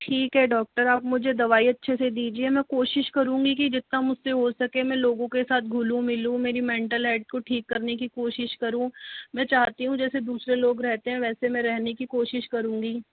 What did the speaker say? ठीक है डॉक्टर आप मुझे दवाइ अच्छे से दीजिए मैं कोशिश करूंगी कि जितना मुझसे हो सके मैं लोगो के साथ घुलूँ मिलूँ मेरी मेंटल हेल्थ को ठीक करने की कोशिश करूँ मैं चाहती हूँ जैसे दूसरे लोग रहते हैं वैसे मैं रहने की कोशिश करूंगी